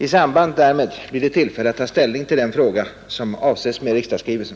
I samband därmed blir det tillfälle att ta ställning till den fråga som avses med riksdagsskrivelsen.